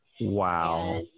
wow